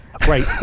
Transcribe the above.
right